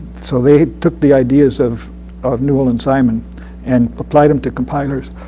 so they took the ideas of of newell and simon and applied them to compilers.